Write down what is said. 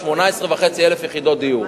18,500 יחידות דיור